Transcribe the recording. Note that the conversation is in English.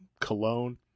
cologne